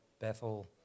Bethel